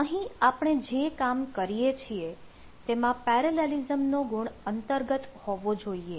અહીં આપણે જે કામ કરીએ છીએ તેમાં પેરેલેલિસમ નો ગુણ અંતર્ગત હોવો જોઈએ